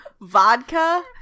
vodka